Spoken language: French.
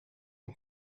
son